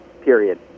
Period